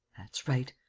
that's right.